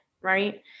Right